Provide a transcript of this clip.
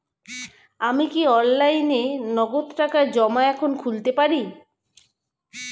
আমি কি অনলাইনে নগদ টাকা জমা এখন খুলতে পারি?